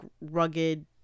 rugged